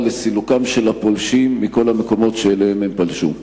לסילוקם של הפולשים מכל המקומות שאליהם הם פלשו.